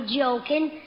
joking